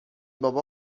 بابا